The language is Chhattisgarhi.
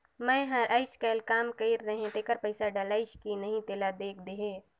मै हर अईचकायल काम कइर रहें तेकर पइसा डलाईस कि नहीं तेला देख देहे?